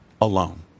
alone